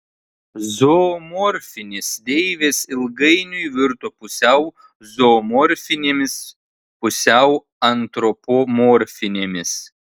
zoomorfinės deivės ilgainiui virto pusiau zoomorfinėmis pusiau antropomorfinėmis